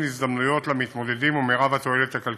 הזדמנויות למתמודדים ומרב התועלת הכלכלית.